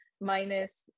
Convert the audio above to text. minus